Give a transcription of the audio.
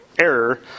error